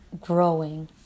growing